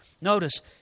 Notice